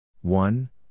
one